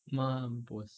mampus